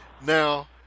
Now